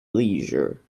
leisure